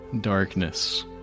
darkness